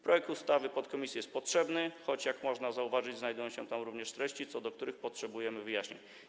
Projekt ustawy podkomisji jest potrzebny, choć, jak można zauważyć, znajdują się tam również treści, co do których potrzebujemy wyjaśnień.